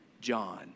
John